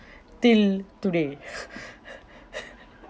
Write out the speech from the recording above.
till today